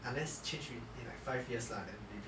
unless change within like five years lah then maybe